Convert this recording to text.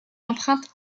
empreinte